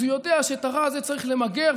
אז הוא יודע שאת הרע הזה צריך למגר,